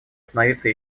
становиться